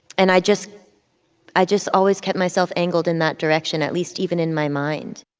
and i just i just always kept myself angled in that direction at least, even in my mind